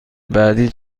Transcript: بعدی